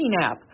app